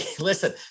listen